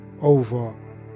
over